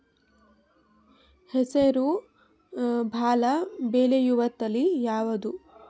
ಹೆಸರು ಭಾಳ ಬೆಳೆಯುವತಳಿ ಯಾವದು?